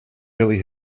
really